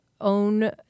own